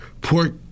Pork